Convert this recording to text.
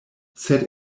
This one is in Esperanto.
sed